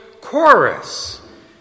Chorus